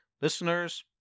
listeners